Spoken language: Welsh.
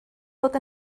bod